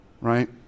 right